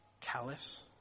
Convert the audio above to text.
callous